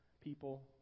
people